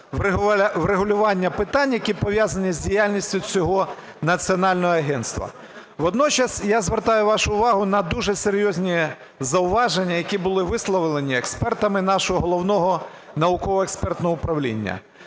врегулювання питань, які пов'язані з діяльністю цього національного агентства. Водночас я звертаю вашу увагу на дуже серйозні зауваження, які були висловлені експертами нашого Головного науково-експертного управління.